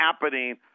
happening